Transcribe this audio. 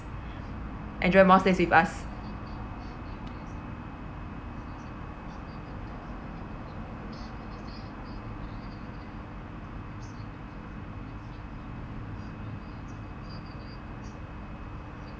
enjoy more stays with us